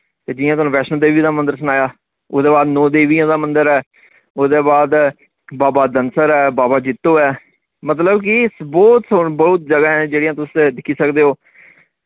ते जि'यां थोआनू वैश्णो देवी दा मंदर सनाया ओह्दे बाद नौ देवियां दा मंदर ऐ ओह्दे बाद बाबा डंसर ऐ बाबा जित्तो ऐ मतलब की बोह्त सो बोह्त जगह ऐं जेह्ड़ियां तुस दिक्खी सकदे ओ